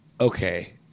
okay